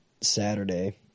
saturday